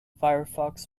firefox